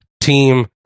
team